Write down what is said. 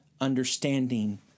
understanding